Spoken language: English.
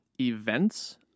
events